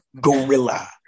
Gorilla